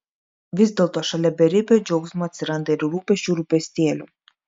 vis dėlto šalia beribio džiaugsmo atsiranda ir rūpesčių rūpestėlių